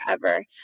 forever